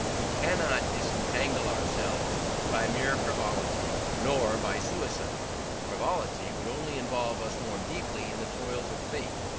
we cannot disentangle ourselves by mere frivolity, nor by suicide frivolity would only involve us more deeply in the toils of fate,